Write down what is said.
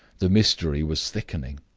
the mystery was thickening.